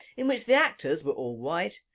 in which the actors were all white,